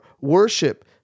worship